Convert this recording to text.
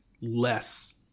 less